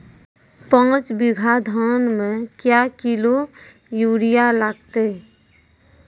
पाँच बीघा धान मे क्या किलो यूरिया लागते?